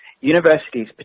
universities